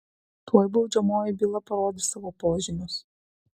tuoj baudžiamoji byla parodys savo požymius